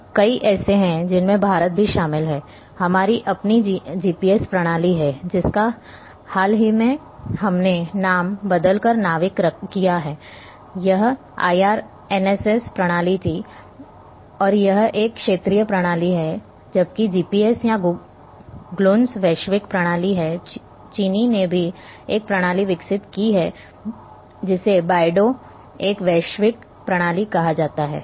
अब कई ऐसे हैं जिनमें भारत भी शामिल है हमारी अपनी जीपीएस प्रणाली है जिसका हाल ही में हमने नाम बदलकर NAVIC किया है यह IRNSS प्रणाली थी और यह एक क्षेत्रीय प्रणाली है जबकि GPS या ग्लून्स वैश्विक प्रणाली हैं चीनी ने भी एक प्रणाली विकसित की है जिसे बायडौ एक वैश्विक प्रणाली कहा जाता है